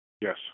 Yes